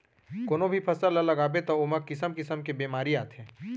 कोनो भी फसल ल लगाबे त ओमा किसम किसम के बेमारी आथे